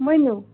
ؤنِو